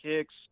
kicks